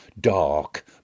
dark